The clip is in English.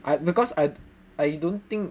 I because I I don't think